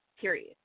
Period